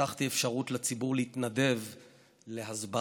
פתחתי אפשרות לציבור להתנדב להסברה,